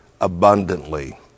abundantly